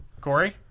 Corey